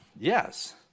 yes